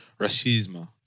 racism